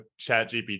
ChatGPT